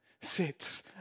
sits